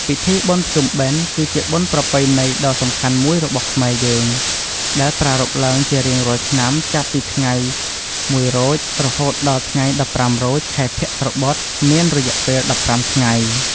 ពិធីបុណ្យភ្ជុំបិណ្ឌ គឺជាបុណ្យប្រពៃណីដ៏សំខាន់មួយរបស់ខ្មែរយើង ដែលប្រារព្ធឡើងជារៀងរាល់ឆ្នាំចាប់ពីថ្ងៃ ១រោច រហូតដល់ថ្ងៃ ១៥រោច ខែភទ្របទមានរយៈពេល ១៥ថ្ងៃ។